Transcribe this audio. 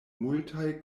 multaj